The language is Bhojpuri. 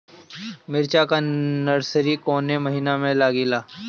मिरचा का नर्सरी कौने महीना में लागिला?